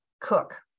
Cook